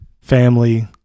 family